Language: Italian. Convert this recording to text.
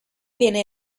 viene